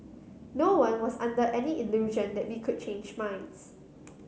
no one was under any illusion that we could change minds